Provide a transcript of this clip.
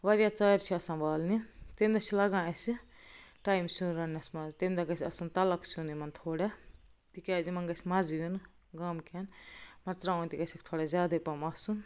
واریاہ ژارِ چھِ آسان والنہِ تہِ تمہِ دۄہ چھِ لگان اسہِ ٹایم سیُن رننس منٛز تمہِ دۄہ گژھہِ آسُن تلک سیُن یمن تھوڑا تِکیازِ یِمن گژھہِ مزٕ یُن گامٕکٮ۪ن مرژِوانٛگُن تہِ گٔژھیٚکھ تھوڑا زیادے پہم آسُن